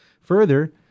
Further